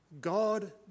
God